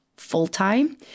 full-time